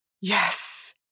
Yes